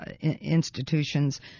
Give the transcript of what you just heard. institutions